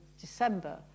December